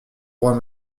roi